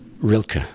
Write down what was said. Rilke